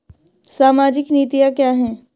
सामाजिक नीतियाँ क्या हैं?